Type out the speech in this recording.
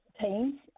teams